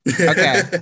Okay